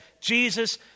Jesus